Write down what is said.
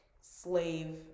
slave